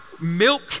milk